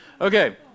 Okay